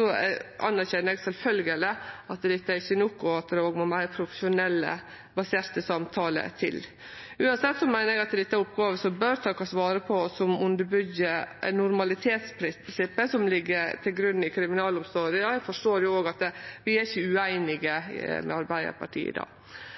Eg anerkjenner sjølvsagt at dette ikkje er nok, og at det òg må meir profesjonelt baserte samtaler til. Uansett meiner eg at dette er oppgåver som bør takast vare på, og som underbyggjer normalitetsprinsippet som ligg til grunn i kriminalomsorga. Eg forstår òg at vi er ikkje ueinige med Arbeidarpartiet i